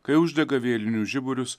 kai uždega vėlinių žiburius